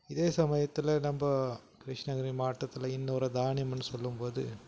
இதே சமயத்தில் நம்ம கிருஷ்ணகிரி மாவட்டத்தில் இன்னொரு தானியம்னு சொல்லும் போது